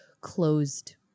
closed